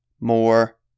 more